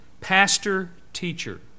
pastor-teacher